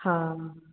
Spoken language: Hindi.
हाँ